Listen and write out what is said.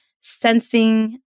sensing